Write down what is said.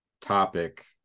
topic